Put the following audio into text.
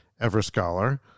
Everscholar